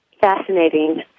fascinating